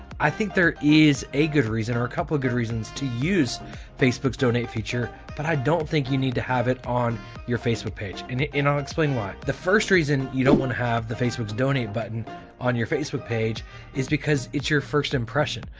i think there is a good reason or a couple of good reasons to use facebook's donate feature but i don't think you need to have it on your facebook page. and and i'll explain why the first reason you don't want to have the facebook's donate button on your facebook page is because it's your first impression.